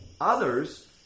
others